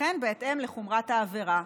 וכן בהתאם לחומרת העבירה.